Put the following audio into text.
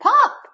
Pop